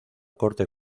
corte